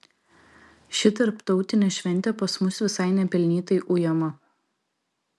ši tarptautinė šventė pas mus visai nepelnytai ujama